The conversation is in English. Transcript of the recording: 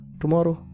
tomorrow